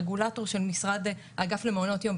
הרגולטור של האגף למעונות יום,